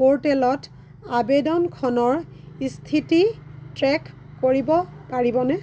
প'ৰ্টেলত আবেদনখনৰ স্থিতি ট্ৰেক কৰিব পাৰিবনে